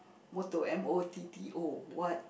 motto M_O_T_T_O what